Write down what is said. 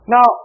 Now